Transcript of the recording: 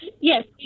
yes